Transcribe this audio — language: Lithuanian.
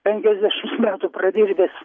penkiasdešimt metų pradirbęs